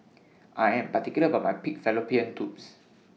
I Am particular about My Pig Fallopian Tubes